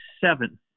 seven